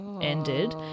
ended